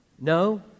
No